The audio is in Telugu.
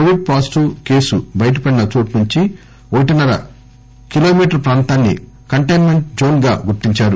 కోవిడ్ పాజిటివ్ కేసు బయటపడిన చోటునుంచి ఒకటిన్సర కిలోమీటర్ ప్రాంతాన్ని కంటైన్మెంట్ జోన్ గా గుర్తించారు